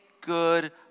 good